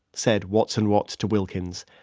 said watson watts to wilkins,